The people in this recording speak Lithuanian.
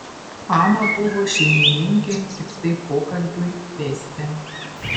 ana buvo šeimininkė tiktai pokalbiui vesti